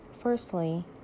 Firstly